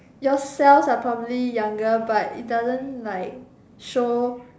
your cells are probably younger but it doesn't like show